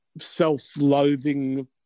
self-loathing